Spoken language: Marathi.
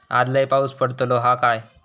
आज लय पाऊस पडतलो हा काय?